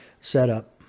Setup